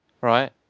right